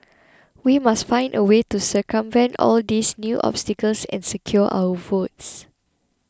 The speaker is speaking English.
we must find a way to circumvent all these new obstacles and secure our votes